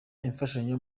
imfashanyo